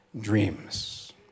dreams